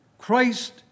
Christ